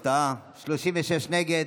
הפתעה: 36 נגד,